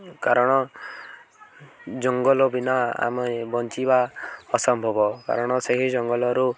କାରଣ ଜଙ୍ଗଲ ବିନା ଆମେ ବଞ୍ଚିବା ଅସମ୍ଭବ କାରଣ ସେହି ଜଙ୍ଗଲରୁ